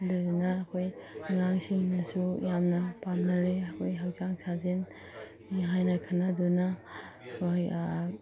ꯑꯗꯨꯗꯨꯅ ꯑꯩꯈꯣꯏ ꯑꯉꯥꯡꯁꯤꯡꯅꯁꯨ ꯌꯥꯝꯅ ꯄꯥꯝꯅꯔꯦ ꯑꯩꯈꯣꯏ ꯍꯛꯆꯥꯡ ꯁꯥꯖꯦꯟꯅꯤ ꯍꯥꯏꯅ ꯈꯟꯅꯗꯨꯅ ꯑꯩꯈꯣꯏ